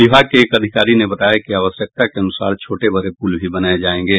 विभाग के एक अधिकारी ने बताया कि आवश्यकता के अनुसार छोटे बड़े पूल भी बनाये जायेंगे